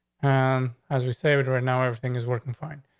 and as we saved. right now, everything is working fine.